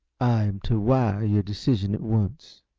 i am to wire your decision at once.